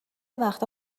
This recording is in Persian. وقتها